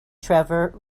trevor